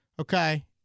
Okay